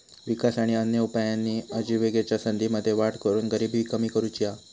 विकास आणि अन्य उपायांनी आजिविकेच्या संधींमध्ये वाढ करून गरिबी कमी करुची हा